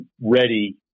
ready